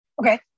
Okay